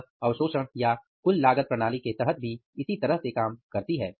यह अवशोषण या कुल लागत प्रणाली के तहत भी इसी तरह से काम करती है